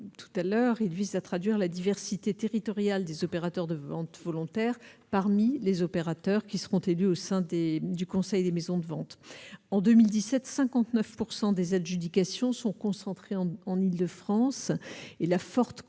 tout à l'heure, il vise à traduire la diversité territoriale des opérateurs de vente volontaires parmi les opérateurs qui seront élus au sein du Conseil des maisons de ventes en 2017 59 pourcent des adjudications sont concentrées en Île-de-France et la forte concentration